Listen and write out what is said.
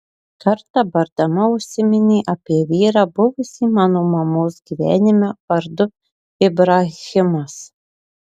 kartą bardama užsiminė apie vyrą buvusį mano mamos gyvenime vardu ibrahimas